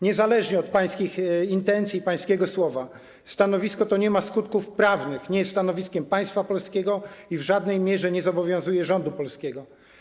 Niezależnie od pańskich intencji i pańskiego słowa stanowisko to nie ma skutków prawnych, nie jest stanowiskiem państwa polskiego i w żadnej mierze nie zobowiązuje rządu polskiego.